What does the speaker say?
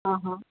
हां हां